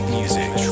music